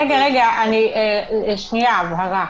רגע, הבהרה.